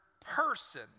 person